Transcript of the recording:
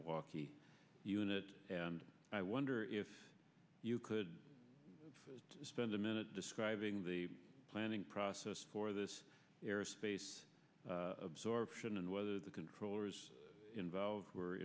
milwaukee unit and i wonder if you could spend a minute describing the planning process for this airspace absorption and whether the controllers involved were